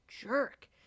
jerk